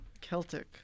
Celtic